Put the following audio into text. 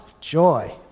joy